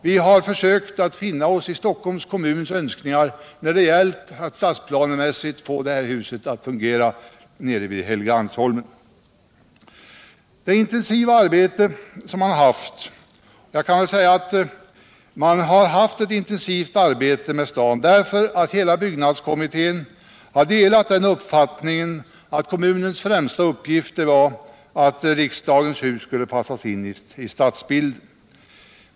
Vi har försökt att finna oss I Stockholms kommuns önskningar när det gällt att stadsplanemässigt få riksdagen att fungera nere vid Helgeandsholmen. Man kan säga att vi haft ett intensivt samarbete med staden, därför att hela byggnadskommittén delat uppfattningen att kommunens främsta uppgift i dag är att passa in riksdagens hus i stadsbilden.